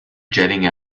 jetting